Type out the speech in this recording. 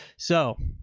so